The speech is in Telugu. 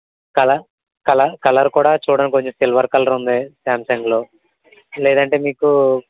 కల కల కలర్ కూడా చూడండి కొంచెం సిల్వర్ కలర్ ఉంది శాంసాంగ్లో లేదంటే మీకు